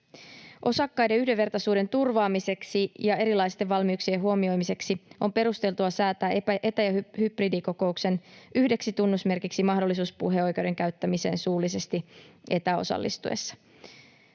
Osakkaiden yhdenvertaisuuden turvaamiseksi ja erilaisten valmiuksien huomioimiseksi on perusteltua säätää etä- ja hybridikokouksen yhdeksi tunnusmerkiksi mahdollisuus puheoikeuden käyttämiseen suullisesti etäosallistuessa.